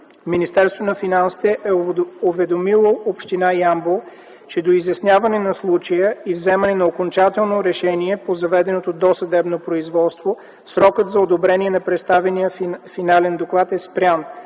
Министерството на финансите е уведомило община Ямбол, че до изясняване на случая и вземане на окончателно решение по заведеното досъдебно производство, срокът за одобрение на представения финален доклад е спрян.